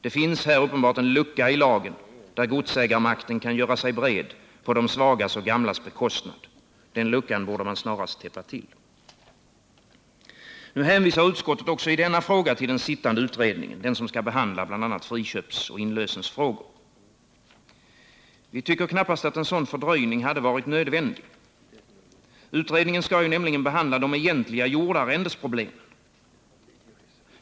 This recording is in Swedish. Det finns här uppenbarligen en lucka i lagen, där godsägarmakten kan göra sig bred på de svagas och de gamlas bekostnad. Den luckan borde man snarast täppa till. Nu hänvisar utskottet också i denna fråga till den sittande utredningen, den som skall behandla bl.a. friköpsoch inlösningsfrågor. Vi tycker knappast att en sådan fördröjning hade varit nödvändig. Utredningen skall ju nämligen behandla de egentliga jordarrendeproblemen.